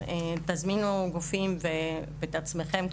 אני זוכרת.